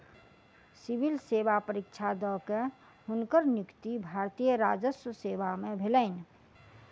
civil सेवा परीक्षा द के, हुनकर नियुक्ति भारतीय राजस्व सेवा में भेलैन